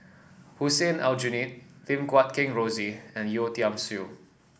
Hussein Aljunied Lim Guat Kheng Rosie and Yeo Tiam Siew